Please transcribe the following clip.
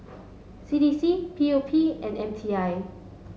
C D C P O P and M T I